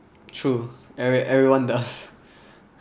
true every~ everyone does